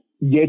get